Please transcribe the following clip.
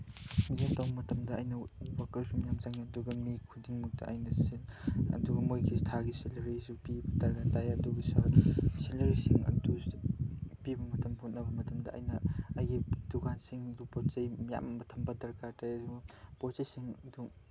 business ꯇꯧ ꯃꯇꯝꯗ ꯑꯩꯅ ꯋꯥꯀꯔꯁꯨ ꯃꯌꯥꯝ ꯆꯪꯉꯤ ꯑꯗꯨꯒ ꯃꯤ ꯈꯨꯗꯤꯡꯃꯛꯇ ꯑꯩꯅ ꯑꯗꯨꯒ ꯃꯣꯏꯒꯤ ꯊꯥꯒꯤ ꯁꯦꯂꯔꯤꯁꯨ ꯄꯤꯕ ꯗꯔꯀꯥꯔ ꯇꯥꯏ ꯑꯗꯨꯒ ꯁꯦꯂꯔꯤꯁꯤꯡ ꯑꯗꯨ ꯄꯤꯕ ꯃꯇꯝ ꯍꯣꯠꯅꯕ ꯃꯇꯝꯗ ꯑꯩꯅ ꯑꯩꯒꯤ ꯗꯨꯀꯥꯟꯁꯤꯡꯗꯨ ꯄꯣꯠ ꯆꯩ ꯌꯥꯝꯅ ꯊꯝꯕ ꯗꯔꯀꯥꯔ ꯇꯥꯏ ꯄꯣꯠ ꯆꯩꯁꯤꯡꯗꯨ